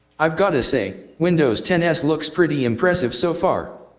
i've got to say windows ten s looks pretty impressive so far.